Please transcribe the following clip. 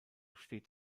steht